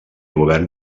govern